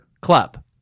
Club